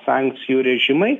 sankcijų režimai